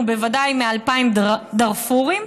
ובוודאי מ-2,000 דארפורים,